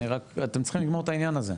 אתם צריכים לגמור את העניין הזה.